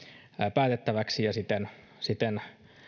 päätettäväksi ja siten siten